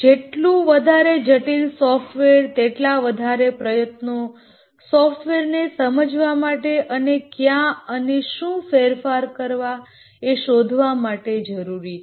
જેટલું વધારે જટિલ સોફ્ટવેર તેટલા વધારે પ્રયત્નો સોફ્ટવેર ને સમજવા માટે અને ક્યાં અને શું ફેરફાર કરવા એ શોધવા માટે જરૂરી છે